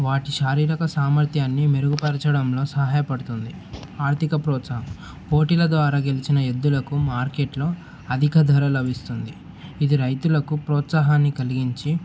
వాటి శారీరక సామర్థ్యాన్ని మెరుగుపరచడంలో సహాయపడుతుంది ఆర్థిక ప్రోత్సాహం పోటీల ద్వారా గెలిచిన ఎద్దులకు మార్కెట్లో అధిక ధర లభిస్తుంది ఇది రైతులకు ప్రోత్సాహాన్ని కలిగించి